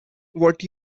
what